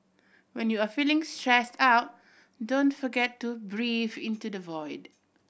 when you are feeling stressed out don't forget to breathe into the void